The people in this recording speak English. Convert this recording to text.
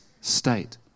state